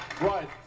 Right